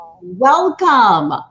welcome